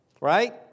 right